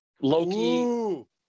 Loki